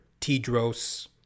Tidros